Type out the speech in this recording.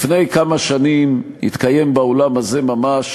לפני כמה שנים התקיים באולם הזה ממש